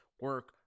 Work